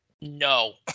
no